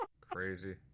crazy